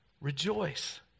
Rejoice